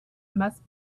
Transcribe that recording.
must